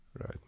right